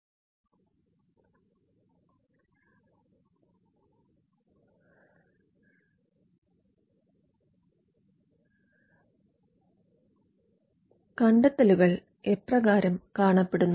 how inventions look കണ്ടെത്തലുകൾ എപ്രകാരം കാണപ്പെടുന്നു